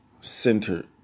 center